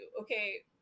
okay